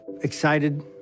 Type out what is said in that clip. excited